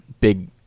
big